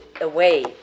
away